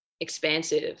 expansive